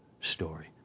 story